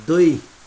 दुई